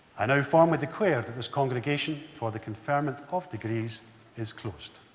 i now formally declare that this congregation for the conferment of degrees is closed.